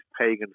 pagan